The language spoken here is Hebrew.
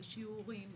בשיעורים.